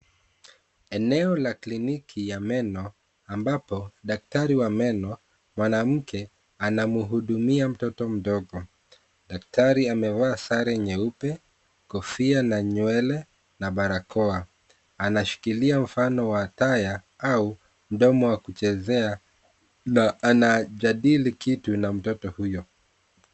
Eneo la kliniki ya meno, ambapo daktari wa meno, mwanamke, anamhudumia mtoto mdogo. Daktari amevaa sare nyeupe, kofia na nywele, na barakoa. Anashikilia mfano wa taya, au mdomo wa kuchezea, na anajadili kitu na mtoto huyo.